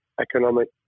economic